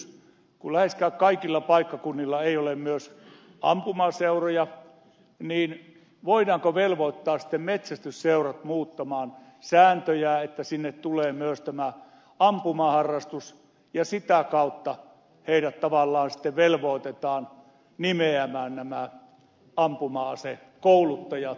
kun läheskään kaikilla paikkakunnilla ei ole myös ampumaseuroja niin voidaanko velvoittaa sitten metsästysseurat muuttamaan sääntöjä että sinne tulee myös tämä ampumaharrastus ja sitä kautta heidät tavallaan sitten velvoitetaan nimeämään nämä ampuma asekouluttajat